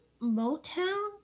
Motown